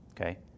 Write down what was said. okay